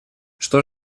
что